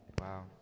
Wow